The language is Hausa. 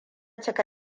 cika